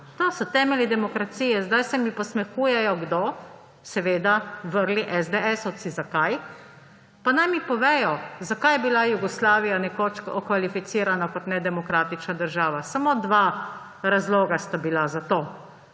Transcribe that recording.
To so temelji demokracije. Zdaj se mi posmehujejo – kdo? Seveda vrli SDS-ovci. Zakaj? Naj mi povedo, zakaj je bila Jugoslavija nekoč okvalificirana kot nedemokratična država. Samo dva razloga sta bila za to.